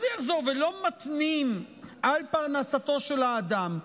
על פרנסתו של האדם.